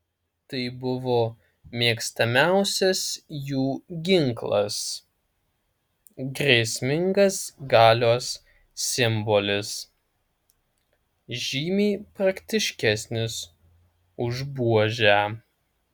tai buvo mėgstamiausias jų ginklas grėsmingas galios simbolis žymiai praktiškesnis už buožę